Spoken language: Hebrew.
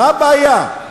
מה הבעיה?